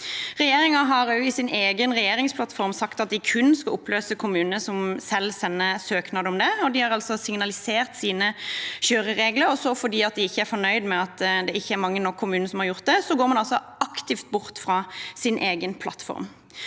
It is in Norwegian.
Regjeringen har i sin egen regjeringsplattform sagt at de kun skal oppløse kommuner som selv sender søknad om det. De har altså signalisert sine kjøreregler, men fordi de ikke er fornøyd med antallet kommuner som har gjort det, går de aktivt bort fra sin egen plattform.